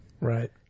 Right